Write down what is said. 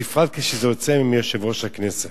בפרט כשזה יוצא מיושב-ראש הכנסת.